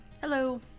Hello